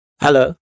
Hello